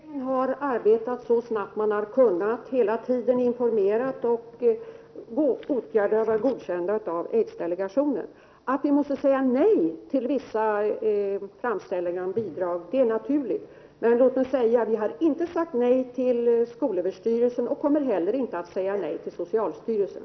Herr talman! Regeringen har hela tiden arbetat så snabbt som den har kunnat. Den har informerat och åtgärder har godkänts av aidsdelegationen. Att vi måste säga nej till vissa framställningar om bidrag är naturligt. Men vi har inte sagt nej till skolöverstyrelsen och kommer inte heller att säga nej till socialstyrelsen.